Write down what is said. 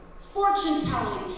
fortune-telling